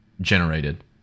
generated